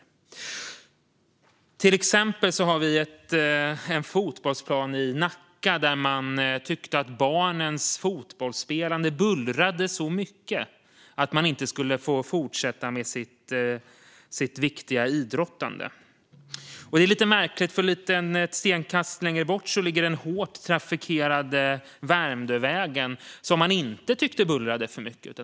Vi har till exempel en fotbollsplan i Nacka där man tyckte att barnens fotbollsspelande bullrade så mycket att de inte skulle få fortsätta med sitt viktiga idrottande. Detta är lite märkligt, för ett stenkast bort ligger den hårt trafikerade Värmdövägen, som man inte tyckte bullrade för mycket.